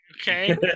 okay